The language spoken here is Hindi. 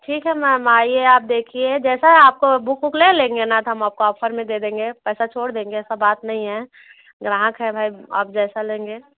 ठीक है मैम आइए देखिए जैसा आप बुक वूक ले लेंगे ना तो हम आपको ऑफर में दे देंगे पैसा छोड़ देंगे ऐसा बात नहीं है ग्राहक है आप जैसे लेंगे